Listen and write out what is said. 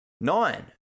Nine